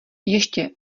ještě